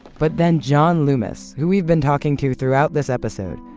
but then john loomis, who we've been talking to throughout this episode,